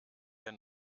der